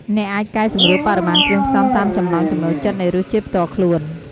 អ្នកអាច កែសម្រួលបរិមាណគ្រឿងផ្សំ តាមចំណង់ចំណូលចិត្តនៃរសជាតិផ្ទាល់ខ្លួន។